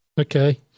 Okay